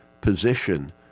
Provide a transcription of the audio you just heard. position